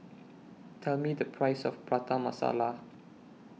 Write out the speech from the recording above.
Tell Me The Price of Prata Masala